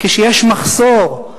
כשיש מחסור,